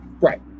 Right